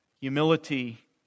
humility